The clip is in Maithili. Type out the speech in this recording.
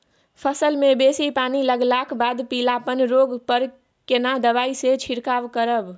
फसल मे बेसी पानी लागलाक बाद पीलापन रोग पर केना दबाई से छिरकाव करब?